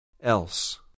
Else